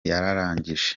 yararangije